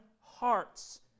hearts